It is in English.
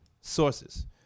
sources